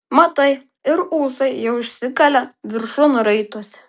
matai ir ūsai jau išsikalė viršun raitosi